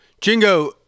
Jingo